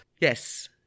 Yes